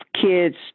kids